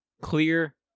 Clear